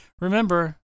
Remember